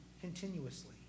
continuously